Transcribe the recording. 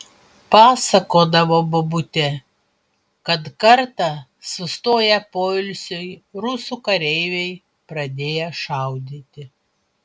pasakodavo bobutė kad kartą sustoję poilsiui rusų kareiviai pradėję šaudyti